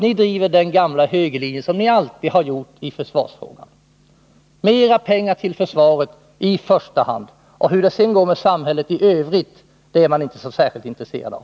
Ni driver som ni alltid har gjort, den gamla högerlinjen, i försvarsfrågan: mer pengar till försvaret i första hand. Hur det sedan går med samhället i övrigt är man inte särskilt intresserad av.